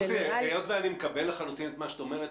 לוסי, אני מקבל לחלוטין את מה שאת אומרת.